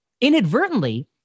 inadvertently